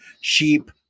sheep